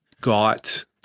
got